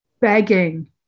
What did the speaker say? begging